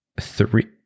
Three